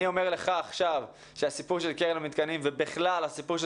אני אומר לך עכשיו שהסיפור של קרן המתקנים והסיפור של